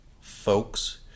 folks